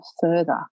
further